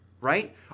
Right